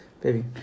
Baby